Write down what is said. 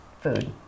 food